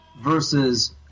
versus